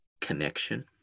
connection